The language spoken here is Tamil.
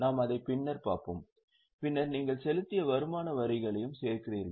நாம் அதை பின்னர் பார்ப்போம் பின்னர் நீங்கள் செலுத்திய வருமான வரிகளையும் சேர்க்கிறீர்கள்